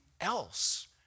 else